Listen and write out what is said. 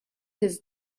his